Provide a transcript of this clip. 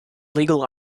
legal